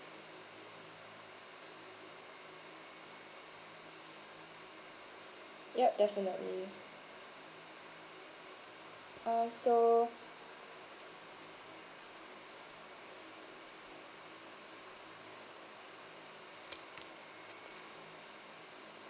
yup definitely uh so